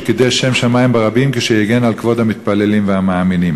שקידש שם שמים ברבים כשהגן על כבוד המתפללים והמאמינים.